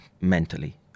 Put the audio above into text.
mentally